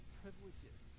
privileges